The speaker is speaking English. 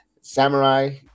Samurai